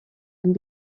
and